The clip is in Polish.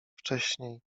wcześniej